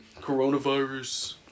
coronavirus